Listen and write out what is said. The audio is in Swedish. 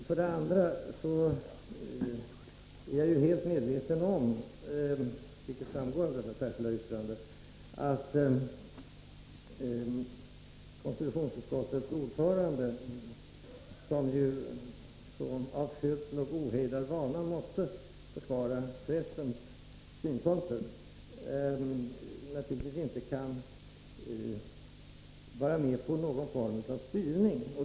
För det andra är jag helt medveten om, vilket framgår av detta särskilda yttrande, att konstitutionsutskottets ordförande, som ju av födsel och ohejdad vana måste försvara pressens synpunkter, naturligtvis inte kan vara med på någon form av styrning.